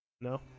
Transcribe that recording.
No